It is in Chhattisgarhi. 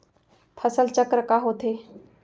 फसल चक्र का होथे?